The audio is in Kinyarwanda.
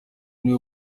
niwe